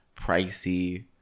pricey